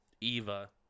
Eva